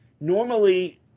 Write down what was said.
normally